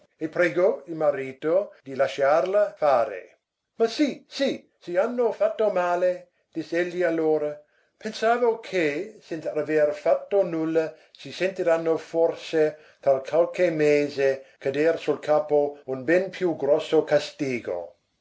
e pregò il marito di lasciarla fare ma sì sì se hanno fatto male diss'egli allora pensavo che senza aver fatto nulla si sentiranno forse tra qualche mese cader sul capo un ben più grosso castigo